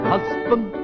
Husband